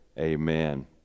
amen